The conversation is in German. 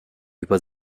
über